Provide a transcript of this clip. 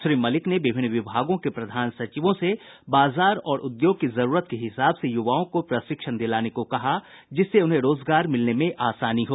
श्री मलिक ने विभिन्न विभागों के प्रधान सचिवों से बाजार और उद्योग की जरूरत के हिसाब से युवाओं को प्रशिक्षण दिलाने को कहा जिससे उन्हें रोजगार मिलने में आसानी हो